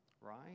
right